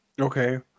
Okay